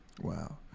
Wow